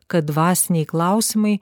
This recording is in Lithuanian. kad dvasiniai klausimai